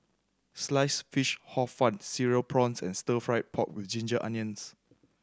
Sliced Fish Hor Fun Cereal Prawns and Stir Fried Pork With Ginger Onions